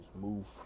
move